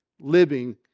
living